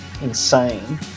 insane